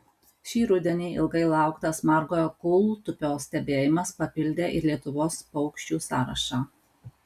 šį rudenį ilgai lauktas margojo kūltupio stebėjimas papildė ir lietuvos paukščių sąrašą